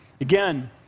Again